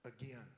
again